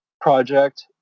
project